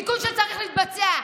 תיקון שצריך להתבצע.